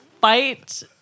fight